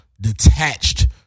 detached